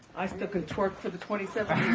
i still can twerk for the twenty seven